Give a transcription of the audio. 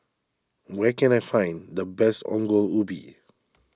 where can I find the best Ongol Ubi